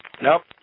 Nope